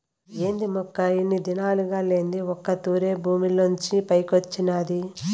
ఏంది మొక్క ఇన్ని దినాలుగా లేంది ఒక్క తూరె భూమిలోంచి పైకొచ్చినాది